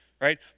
right